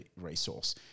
resource